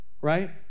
right